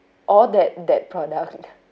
orh that that product